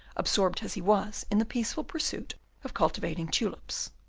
absorbed as he was in the peaceful pursuit of cultivating tulips.